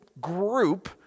group